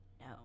No